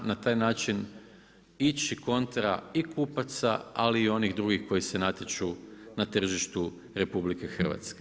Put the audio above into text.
Na taj način ići kontra i kupaca ali i onih drugih koji se natječu na tržištu RH.